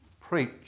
preach